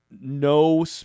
no